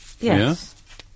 Yes